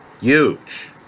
huge